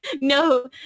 No